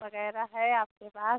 वगैरह है आपके पास